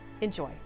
Enjoy